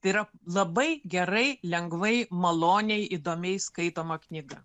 tai yra labai gerai lengvai maloniai įdomiai skaitoma knyga